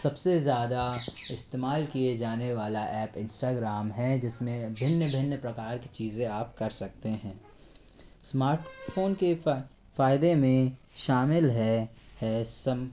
सबसे ज़्यादा इस्तेमाल किए जाने वाला एप इंस्टाग्राम है जिसमें भिन्न भिन्न प्रकार की चीज़ें आप कर सकते हैं स्मार्ट फोन के फायदे में शामिल है